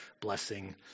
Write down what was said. blessing